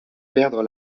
perdre